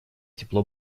тепло